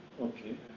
Okay